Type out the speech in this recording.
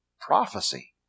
prophecy